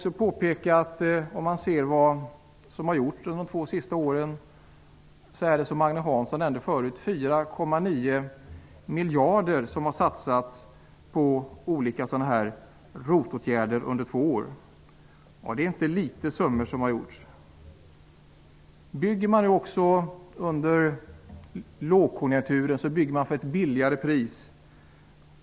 Som Agne Hansson nämnde tidigare har under de två senaste åren 4,9 miljarder kronor satsats på olika ROT-åtgärder. Det är inga småsummor! Under en lågkonjunktur bygger man också för ett lägre pris.